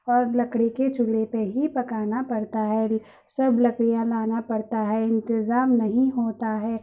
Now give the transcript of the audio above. اور لکڑی کے چولہے پے ہی پکانا پڑتا ہے سب لکڑیاں لانا پڑتا ہے انتظام نہیں ہوتا ہے